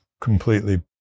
completely